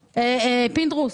פינדרוס,